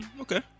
Okay